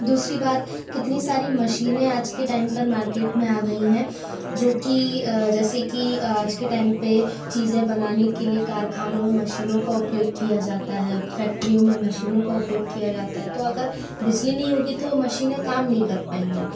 दूसरी बात कितनी सारी मशीनें आजके टाइम पर मार्किट में आ गई हैं जोकि जैसे कि आज के टाइम पे चीज़ें बनाने के लिए कारखानों में मशीनों का उपयोग किया जाता है फैक्टरियों में मशीनों का उपयोग किया जाता है तो अगर बिजली नही होगी तो मशीनें काम नही कर पाऍंगी